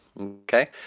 Okay